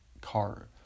car